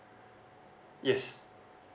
yes